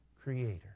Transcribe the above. Creator